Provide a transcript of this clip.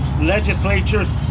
legislatures